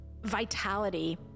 vitality